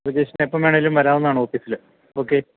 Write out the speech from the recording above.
സുധീഷിനൊപ്പം വേണേലും വരാവുന്നതാണ് ഓഫീസിൽ ഓക്കേ